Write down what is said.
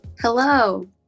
Hello